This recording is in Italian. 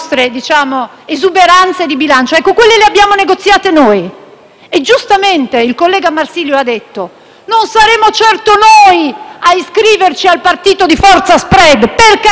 e giustamente il collega Marsilio ha detto: non saremo certo noi a iscriverci al partito di "forza *spread*"*.* Per carità, noi lo abbiamo subito lo *spread*, vergognosamente.